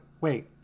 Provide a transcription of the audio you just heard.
Wait